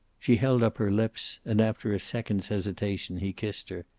she held up her lips, and after a second's hesitation he kissed her.